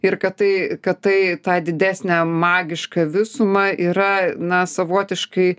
ir kad tai kad tai tą didesnę magišką visumą yra na savotiškai